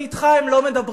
כי אתך הם לא מדברים.